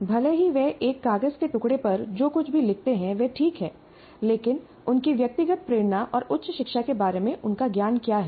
भले ही वे एक कागज के टुकड़े पर जो कुछ भी लिखते हैं वह ठीक है लेकिन उनकी व्यक्तिगत प्रेरणा और उच्च शिक्षा के बारे में उनका ज्ञान क्या है